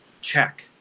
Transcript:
Check